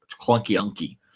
clunky-unky